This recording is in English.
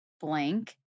blank